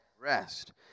Rest